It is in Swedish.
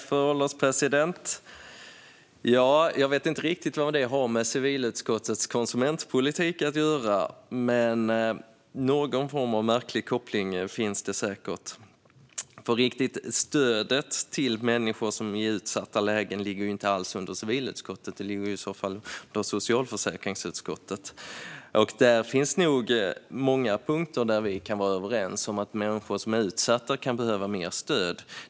Fru ålderspresident! Jag vet inte riktigt vad detta har med civilutskottets konsumentpolitik att göra, men någon form av märklig koppling finns det säkert. Stödet till människor i utsatta lägen ligger ju inte alls under civilutskottet, utan det ligger i så fall under socialförsäkringsutskottet. Det finns nog många punkter där vi kan vara överens om att människor som är utsatta kan behöva mer stöd.